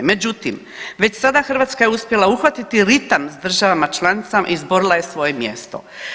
Međutim, već sada Hrvatska je uspjela uhvatiti ritam s državama članicama i izborila je svoje mjesto.